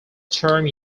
term